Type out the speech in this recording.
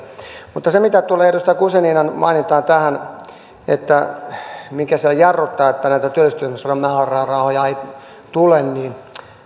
mutta mitä tulee edustaja guzeninan mainintaan että mikä siellä jarruttaa että näitä työllistymismäärärahoja ei tule niin